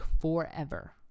forever